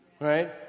right